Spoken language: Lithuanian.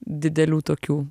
didelių tokių